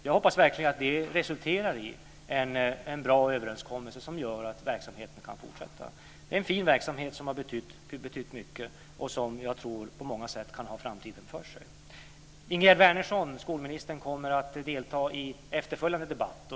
Jag hoppas verkligen att det resulterar i en bra överenskommelse som gör att verksamheten kan fortsätta. Det är en fin verksamhet, som har betytt mycket och som jag tror på många sätt kan ha framtiden för sig. Ingegerd Wärnersson, skolministern, kommer att delta i efterföljande debatt.